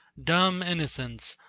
dumb innocents,